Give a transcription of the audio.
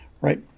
right